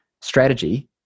strategy